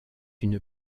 une